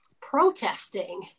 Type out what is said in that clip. protesting